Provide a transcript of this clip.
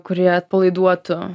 kuri atpalaiduotų